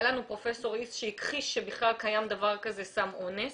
לנו פרופסור שהכחיש שקיים דבר כזה סם אונס.